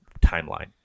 timeline